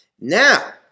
Now